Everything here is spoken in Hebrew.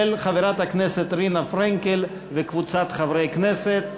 של חברת הכנסת רינה פרנקל וקבוצת חברי הכנסת.